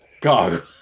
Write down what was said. go